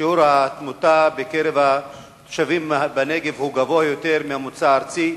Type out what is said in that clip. שיעור התמותה בקרב התושבים בנגב הוא גבוה יותר מהממוצע הארצי,